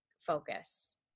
focus